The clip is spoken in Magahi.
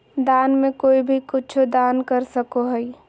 दान में कोई भी कुछु दान कर सको हइ